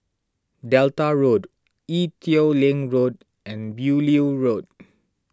Delta Road Ee Teow Leng Road and Beaulieu Road